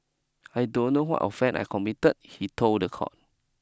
I don't know what offend I committed he told the court